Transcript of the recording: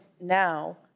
now